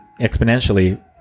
exponentially –